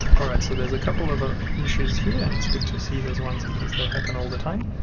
all right, so there's a couple of ah issues here and it's good to see those ones because they happen all the time.